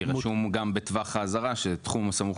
כי רשום גם בטווח האזהרה שתחום הסמוך